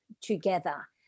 together